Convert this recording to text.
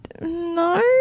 No